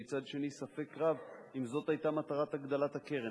ומצד שני ספק רב אם זאת היתה מטרת הגדלת הקרן.